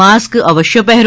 mask અવશ્ય પહેરો